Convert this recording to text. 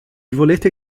volete